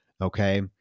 Okay